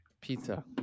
Pizza